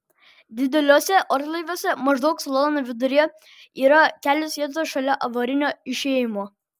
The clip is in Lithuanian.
dideliuose orlaiviuose maždaug salono viduryje yra kelios vietos šalia avarinio išėjimo